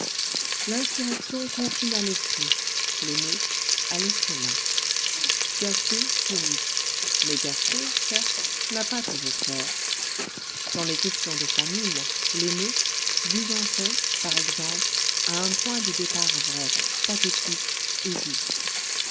l'insurrection confine à l'esprit l'émeute à l'estomac gaster s'irrite mais gaster certes n'a pas toujours tort dans les questions de famine l'émeute buzançais par exemple a un point de départ vrai pathétique et juste